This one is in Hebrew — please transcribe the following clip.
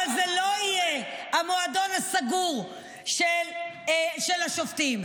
אבל זה לא יהיה המועדון הסגור של השופטים.